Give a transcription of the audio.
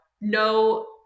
no